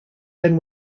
then